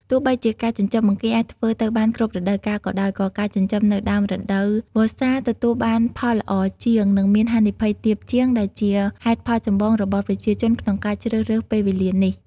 ទោះបីជាការចិញ្ចឹមបង្គាអាចធ្វើទៅបានគ្រប់រដូវកាលក៏ដោយ ក៏ការចិញ្ចឹមនៅដើមរដូវវស្សាទទួលបានផលល្អជាង និងមានហានិភ័យទាបជាង ដែលជាហេតុផលចម្បងរបស់ប្រជាជនក្នុងការជ្រើសរើសពេលវេលានេះ។